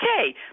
okay